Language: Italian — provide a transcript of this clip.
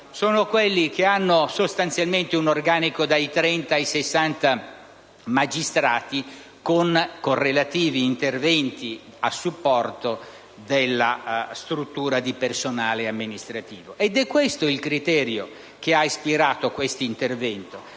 sono quelli che hanno un organico che va dai 30 ai 60 magistrati, con relativi interventi a supporto della struttura di personale amministrativo. È questo il criterio che ha ispirato l'intervento